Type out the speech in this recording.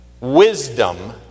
wisdom